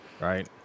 right